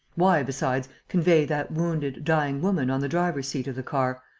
why, besides, convey that wounded, dying woman on the driver's seat of the car,